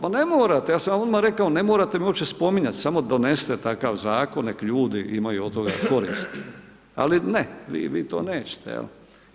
Pa ne morate, ja sam vam odmah rekao ne morate me opće spominjati, samo donesite takav Zakon, nek' ljudi imaju od toga koristi, ali ne, vi to nećete, jel.